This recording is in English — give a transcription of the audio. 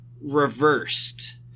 reversed